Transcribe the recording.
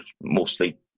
mostly